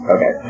Okay